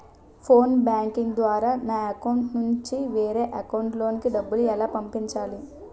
Phone banking ద్వారా నా account నుంచి వేరే అకౌంట్ లోకి డబ్బులు ఎలా పంపించాలి?